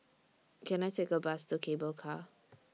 Can I Take A Bus to Cable Car